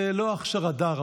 לא אכשר דרא,